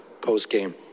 postgame